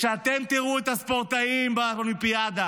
כשאתם תראו את הספורטאים באולימפיאדה,